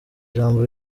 jambo